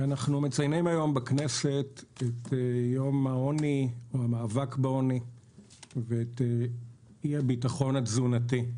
אנחנו מציינים היום בכנסת את יום המאבק בעוני ואת אי-הביטחון התזונתי,